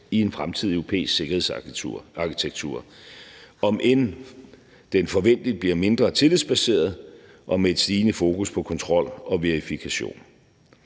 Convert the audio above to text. i en fremtidig europæisk sikkerhedsarkitektur, om end den forventeligt bliver mindre tillidsbaseret og med et stigende fokus på kontrol og verifikation.